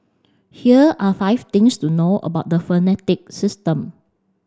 here are five things to know about the phonetic system